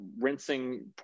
rinsing